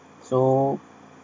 so